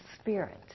spirit